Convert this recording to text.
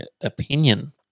opinion